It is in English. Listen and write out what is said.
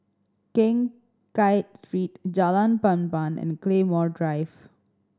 Keng Kiat Street Jalan Papan and Claymore Drive